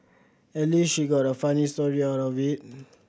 at least she got a funny story out of it